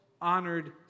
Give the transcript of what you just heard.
honored